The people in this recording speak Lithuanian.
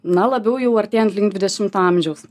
na labiau jau artėjan link dvidešimto amžiaus